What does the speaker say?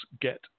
get